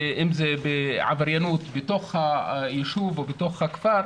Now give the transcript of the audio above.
אם זה בעבריינות בתוך הישוב או בתוך הכפר,